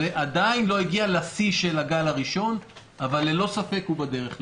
זה עדיין לא הגיע לשיא של הגל הראשון אבל ללא ספק הוא בדרך לשם.